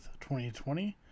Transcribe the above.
2020